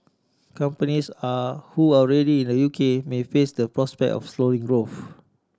companies are who are already in the U K may face the prospects of a slower growth